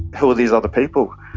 who are these other people?